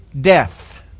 death